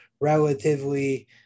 relatively